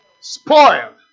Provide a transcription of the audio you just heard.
spoiled